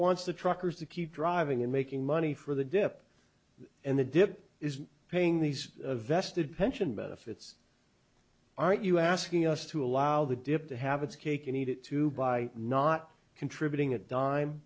wants the truckers to keep driving and making money for the dip and the dip is paying these a vested pension benefits aren't you asking us to allow the dep't to have its cake and eat it too by not contributing a dime